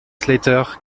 slater